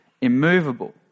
immovable